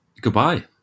goodbye